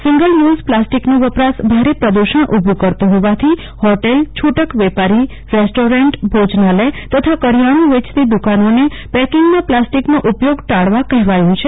single use પ્લાસ્ટકિનો વપરાશ ભારે પ્રદુષણ ઉભુ કરતો હોવાથી હોટલછુટક વેપારી રેસ્ટોરન્ટ ભોજનાલય તથા કરયિાણુ વેયતી દુકાનને પેકંગિમાં પ્લાસ઼ટકિનો ઉયગોય ટાળવા કહેવાયુ છે